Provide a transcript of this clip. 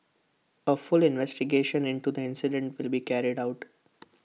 A full investigation into the incident will be carried out